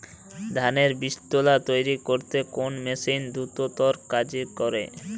ধানের বীজতলা তৈরি করতে কোন মেশিন দ্রুততর কাজ করে?